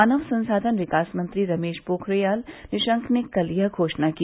मानव संसाधन विकास मंत्री रमेश पोखरियाल निशंक ने कल यह घोषणा की